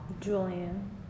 Julian